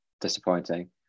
disappointing